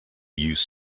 use